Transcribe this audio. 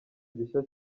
gishya